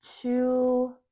two